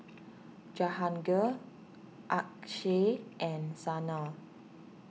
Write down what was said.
Jahangir Akshay and Sanal